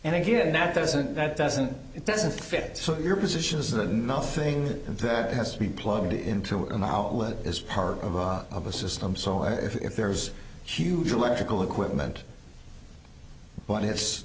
and again that doesn't that doesn't it doesn't fit your position is that nothing that has to be plugged into an outlet is part of a of a system so if there's huge electrical equipment but it's